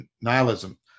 nihilism